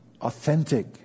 authentic